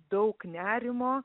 daug nerimo